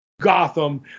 Gotham